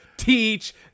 Teach